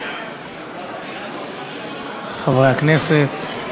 חברי הכנסת,